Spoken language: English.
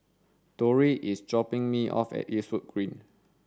Dori is dropping me off at Eastwood Green